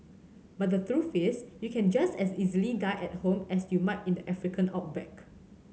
but the truth is you can just as easily die at home as you might in the African outback